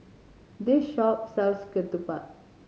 this shop sells ketupat